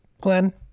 Glenn